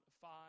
five